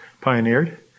pioneered